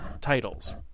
titles